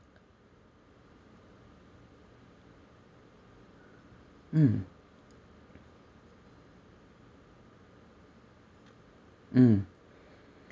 mm mm